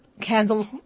candle